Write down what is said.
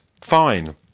fine